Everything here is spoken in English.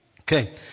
Okay